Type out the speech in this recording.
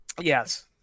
Yes